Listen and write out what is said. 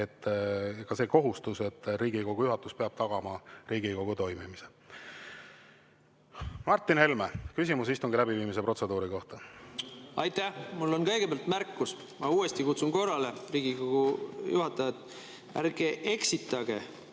on ka see kohustus, et Riigikogu juhatus peab tagama Riigikogu toimimise. Martin Helme, küsimus istungi läbiviimise protseduuri kohta. Aitäh! Mul on kõigepealt märkus, ma uuesti kutsun korrale Riigikogu juhatajat: ärge eksitage